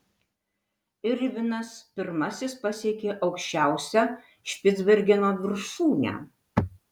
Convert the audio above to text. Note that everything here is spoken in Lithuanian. irvinas pirmasis pasiekė aukščiausią špicbergeno viršūnę